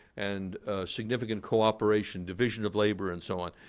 and significant cooperation, division of labor, and so on,